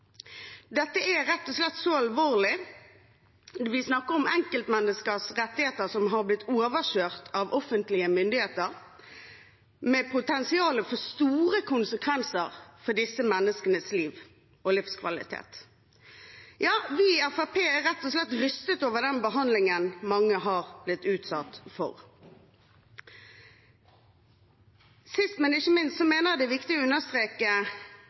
er rett og slett så alvorlig. Vi snakker om enkeltmenneskers rettigheter som har blitt overkjørt av offentlige myndigheter, med potensial for store konsekvenser for disse menneskenes liv og livskvalitet. Ja, vi i Fremskrittspartiet er rett og slett rystet over den behandlingen mange har blitt utsatt for. Sist, men ikke minst, mener jeg det er viktig å understreke